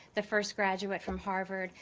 the first graduate from harvard,